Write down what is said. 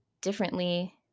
differently